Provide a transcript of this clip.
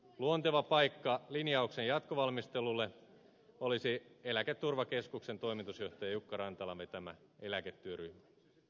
luonteva paikka linjauksen jatkovalmistelulle olisi eläketurvakeskuksen toimitusjohtaja jukka rantalan vetämä eläketyöryhmä